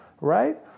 right